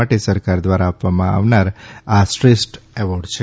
માટે સરકાર દ્વારા આપવામાં આવનાર આ શ્રેષ્ઠ એવોર્ડ છે